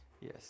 Yes